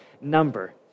number